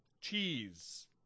cheese